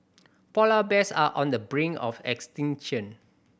polar bears are on the brink of extinction